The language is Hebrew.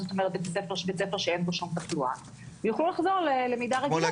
זאת אומרת בית ספר שאין בו שום תחלואה ויוכלו לחזור ללמידה רגילה.